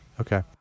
Okay